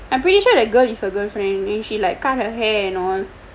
I'm pretty sure that girl is her girlfriend she like cut her hair and all